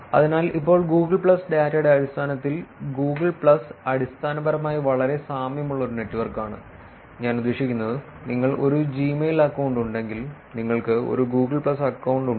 അതിനാൽ ഇപ്പോൾ Google plus ഡാറ്റയുടെ അടിസ്ഥാനത്തിൽ ഗൂഗിൾ പ്ലസ് അടിസ്ഥാനപരമായി വളരെ സാമ്യമുള്ള ഒരു നെറ്റ്വർക്കാണ് ഞാൻ ഉദ്ദേശിക്കുന്നത് നിങ്ങൾക്ക് ഒരു ജിമെയിൽ അക്കൌണ്ട് ഉണ്ടെങ്കിൽ നിങ്ങൾക്ക് ഒരു ഗൂഗിൾ പ്ലസ് അക്കൌണ്ട് ഉണ്ട്